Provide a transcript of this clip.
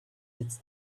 its